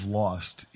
lost